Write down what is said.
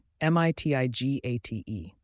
M-I-T-I-G-A-T-E